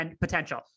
potential